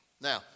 Now